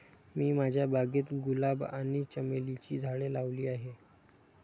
मी माझ्या बागेत गुलाब आणि चमेलीची झाडे लावली आहे